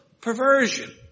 perversion